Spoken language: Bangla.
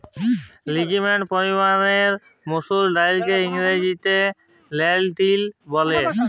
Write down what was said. লিগিউম পরিবারের মসুর ডাইলকে ইংরেজিতে লেলটিল ব্যলে